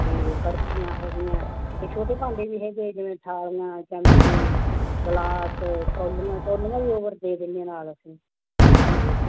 ਅਤੇ ਕੜਛੀਆਂ ਹੈਗੀਆਂ ਅਤੇ ਛੋਟੇ ਭਾਂਡੇ ਵੀ ਹੈਗੇ ਹੈ ਜਿਵੇਂ ਥਾਲੀਆਂ ਚਮਚੇ ਗਲਾਸ ਕੌਲੀਆਂ ਕੌਲੀਆਂ ਵੀ ਓਵਰ ਦੇ ਦਿੰਦੇ ਹਾਂ ਨਾਲ ਅਸੀਂ ਹਾਂਜੀ